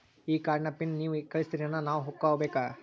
ಈ ಕಾರ್ಡ್ ನ ಪಿನ್ ನೀವ ಕಳಸ್ತಿರೇನ ನಾವಾ ಹಾಕ್ಕೊ ಬೇಕು?